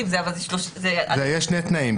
יש שני תנאים.